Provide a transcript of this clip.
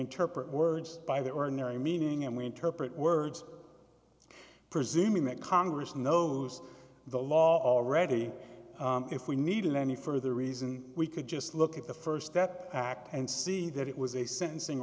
interpret words by the ordinary meaning and we interpret words presuming that congress knows the law already if we need any further reason we could just look at the st step act and see that it was a sentencing